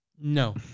No